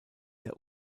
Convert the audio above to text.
der